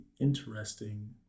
interesting